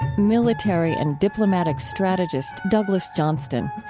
military and diplomatic strategist douglas johnston.